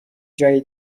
جایی